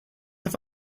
have